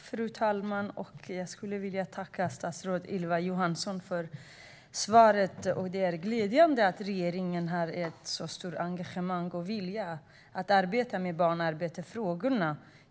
Fru talman! Jag vill tacka statsrådet Ylva Johansson för svaret. Det är glädjande att regeringen har ett så stort engagemang och vilja att arbeta med frågorna om barnarbete.